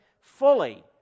fully